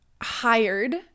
hired